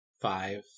five